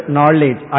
Knowledge